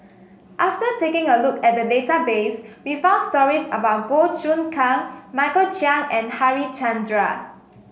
after taking a look at the database we found stories about Goh Choon Kang Michael Chiang and Harichandra